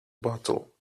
bottle